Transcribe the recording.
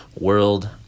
world